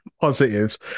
positives